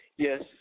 Yes